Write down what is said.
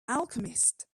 alchemist